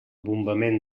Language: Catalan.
bombament